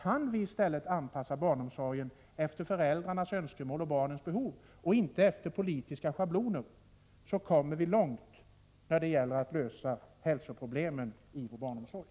Kan vi anpassa barnomsorgen efter föräldrarnas önskemål och efter barnens behov, i stället för efter politiska schabloner, kan vi komma långt när det gäller lösandet av hälsoproblemen inom barnomsorgen.